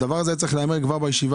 הדבר הזה היה צריך להיאמר כבר בישיבה